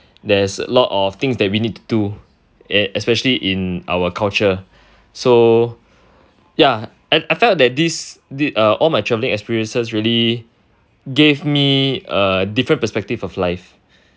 there's a lot of things that we need to do es~ especially in our culture so ya I felt that this this uh all my travelling experiences really gave me a different perspective of life